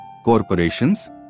corporations